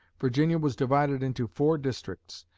virginia was divided into four districts,